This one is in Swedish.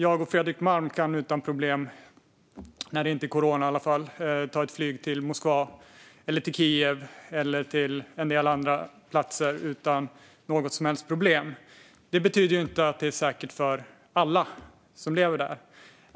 Jag och Fredrik Malm kan utan problem, i alla fall när corona inte begränsar oss, ta ett flyg till Moskva, Kiev eller en del andra platser, herr talman, men det betyder inte att det är säkert för alla som lever där.